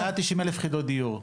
190,000 יחידות דיור.